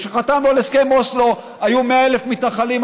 כשחתמנו על הסכם אוסלו היו 100,000 מתנחלים,